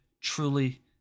Truly